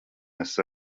esi